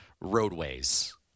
roadways